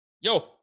Yo